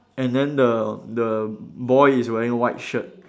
and then the the boy is wearing white shirt